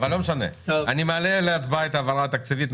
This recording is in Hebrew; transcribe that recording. אני מעלה להצבעה את העברה התקציבית.